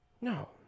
No